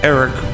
Eric